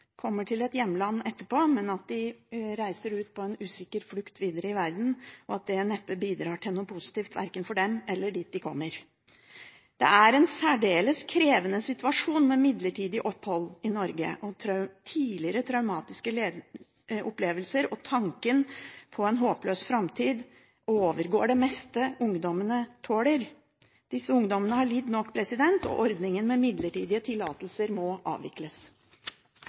til hjemlandet etterpå, men at de legger ut på en usikker flukt videre i verden, og at det neppe bidrar til noe positivt, verken for dem eller for stedet de kommer til. Det er en særdeles krevende situasjon å ha midlertidig opphold i Norge. Tidligere traumatiske opplevelser og tanken på en håpløs framtid overgår det meste av det ungdommene tåler. Disse ungdommene har lidd nok. Ordningen med midlertidig tillatelse må avvikles.